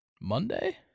Monday